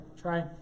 Try